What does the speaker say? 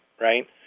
right